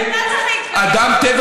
אני חושבת שאתה צריך להתבייש שאתה עומד כאן